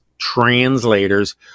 translators